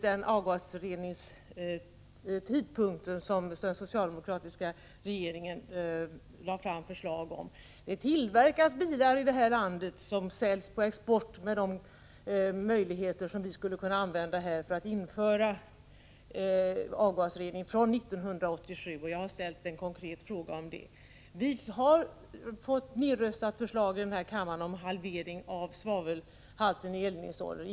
Den avgasreningstidpunkt som den socialdemokratiska regeringen lade fram förslag om är inte till fyllest. Det tillverkas bilar i det här landet som säljs på export med de möjligheter som vi skulle kunna använda här för att införa avgasrening från 1987, och jag har ställt en konkret fråga om det. Vi har fått förslag nedröstade här i kammaren om en halvering av svavelhalten i eldningsoljor.